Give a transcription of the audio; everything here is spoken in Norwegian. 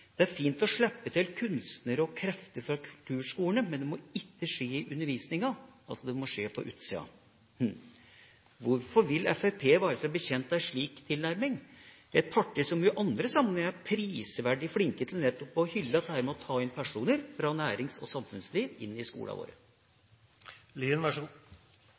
det er fint å slippe til kunstnere og krefter fra kulturskolene, men det må ikke skje i undervisninga. Altså: Det må skje på utsida. Hvordan kan Fremskrittspartiet være bekjent av en slik tilnærming? Fremskrittspartiet er jo et parti som i andre sammenhenger er prisverdig flink til nettopp å hylle dette med å ta personer fra nærings- og samfunnsliv inn i